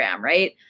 right